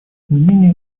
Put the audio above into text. изменения